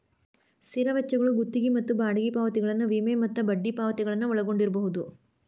ಸ್ಥಿರ ವೆಚ್ಚಗಳು ಗುತ್ತಿಗಿ ಮತ್ತ ಬಾಡಿಗಿ ಪಾವತಿಗಳನ್ನ ವಿಮೆ ಮತ್ತ ಬಡ್ಡಿ ಪಾವತಿಗಳನ್ನ ಒಳಗೊಂಡಿರ್ಬಹುದು